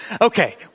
Okay